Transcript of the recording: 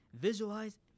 Visualize